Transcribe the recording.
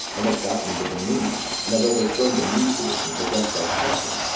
and have gotten the dominion, and have overthrown demetrius and possessed our country,